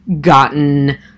gotten